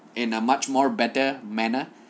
in a much more better manner